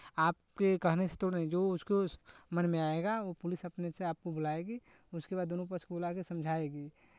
आपके कहने से थोड़े नहीं जो उसको मन में आएगा वो पुलिस अपने से आपको बुलाएगी उसके बाद दोनों को उसको बुला के समझाएगी